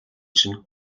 чинь